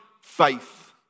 faith